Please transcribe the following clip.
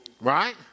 Right